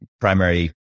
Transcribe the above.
Primary